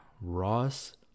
Ross